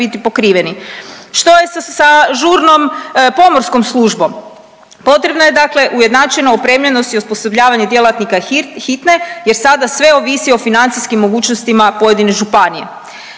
biti pokriveni. Što je sa žurnom pomorskom službom? Potrebna je dakle ujednačena opremljenost i osposobljavanje djelatnika hitne jer sada sve ovisi o financijskim mogućnostima pojedine županije.